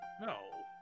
No